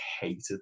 hated